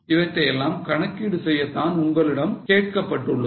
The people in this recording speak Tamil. இவற்றையெல்லாம் கணக்கீடு செய்யத்தான் உங்களிடம் கேட்கப்பட்டுள்ளது